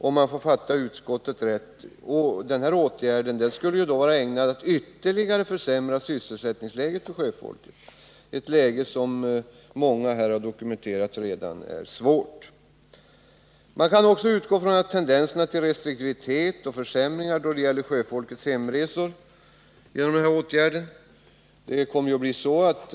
Om jag tolkar utskottet rätt är den åtgärd som nu föreslås ägnad att ytterligare försämra sysselsättningsläget för sjöfolket, ett läge som enligt vad som anförts här av flera talare redan nu är svårt. Åtgärden visar också på tendenser till restriktivitet och försämringar då det gäller sjöfolkets hemresor.